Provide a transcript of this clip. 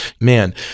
man